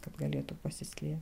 kad galėtų pasislėpt